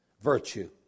virtue